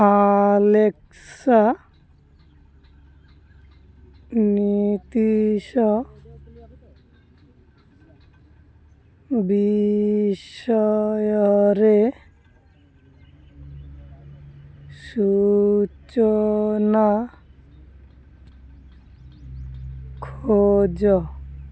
Alexa Nitish ବିଷୟରେ ସୂଚନା ଖୋଜ